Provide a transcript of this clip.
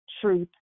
truth